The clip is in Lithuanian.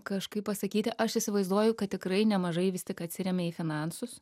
kažkaip pasakyti aš įsivaizduoju kad tikrai nemažai vis tik atsiremia į finansus